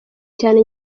cyane